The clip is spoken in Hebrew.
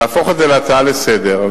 להפוך את זה להצעה לסדר-היום,